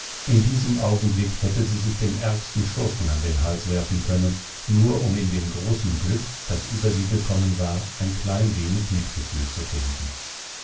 in diesem augenblick härte sie sich dem ärgsten schurken an den hals werfen können nur um in dem großen glück das über sie gekommen war ein klein wenig mitgefühl zu finden